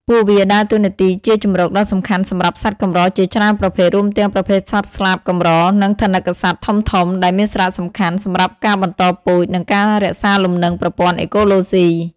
ពួកវាដើរតួនាទីជាជម្រកដ៏សំខាន់សម្រាប់សត្វកម្រជាច្រើនប្រភេទ រួមទាំងប្រភេទសត្វស្លាបកម្រ និងថនិកសត្វធំៗ ដែលមានសារៈសំខាន់សម្រាប់ការបន្តពូជ និងការរក្សាលំនឹងប្រព័ន្ធអេកូឡូស៊ី។